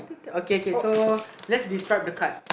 uh okay okay so let's describe the card